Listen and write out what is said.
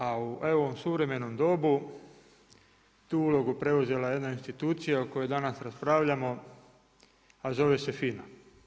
A u ovom suvremenom dobu, tu ulogu je preuzela jedna institucija o kojoj danas raspravljamo, a zove se FINA.